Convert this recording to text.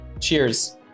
Cheers